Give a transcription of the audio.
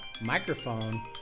microphone